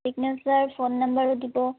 signature phone নাম্বাৰো দিব